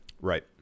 Right